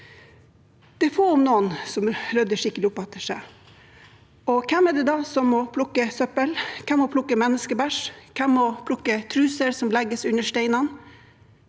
Det er få, om noen, som rydder skikkelig opp etter seg. Hvem er det da som må plukke søppel? Hvem må plukke menneskebæsj? Hvem må plukke truser som legges under steinene?